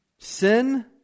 Sin